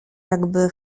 jakby